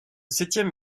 septième